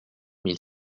mille